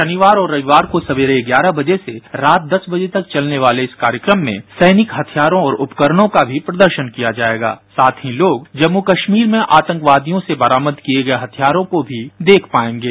शनिवार और रविवार को सवेरे ग्यारह बजे से रात दस बजे तक चलने वाले इस कार्यक्रम में सैनिक हथियारों और उपकरणों का भी प्रदर्शन किया जाएगा साथ ही लोग जम्मू कश्मीर में आतंकवादियों से बरामद किए गए हथियारों को भी देख पाएंगे